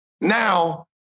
Now